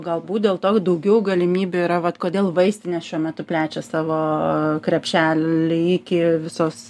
galbūt dėl to daugiau galimybių yra vat kodėl vaistinės šiuo metu plečia savo krepšelį iki visos